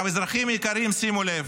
אזרחים יקרים, שימו לב: